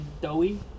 doughy